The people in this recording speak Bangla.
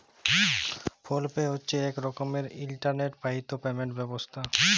ফোল পে হছে ইক রকমের ইলটারলেট বাহিত পেমেলট ব্যবস্থা